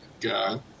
God